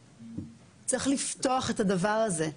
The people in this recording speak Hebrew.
צריך לפתוח את הדבר הזה.